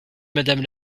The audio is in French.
madame